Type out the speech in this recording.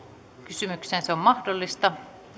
se on mahdollista